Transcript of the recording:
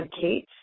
Kate